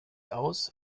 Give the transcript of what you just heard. aus